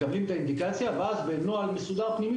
מקבלים את האינדיקציה ואז בנוהל מסודר פנימי